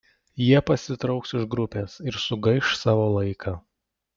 jie pasitrauks iš grupės ir sugaiš savo laiką